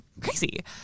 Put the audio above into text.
crazy